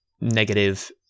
negative